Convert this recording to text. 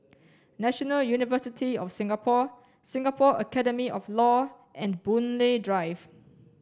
National University of Singapore Singapore Academy of Law and Boon Lay Drive